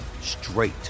straight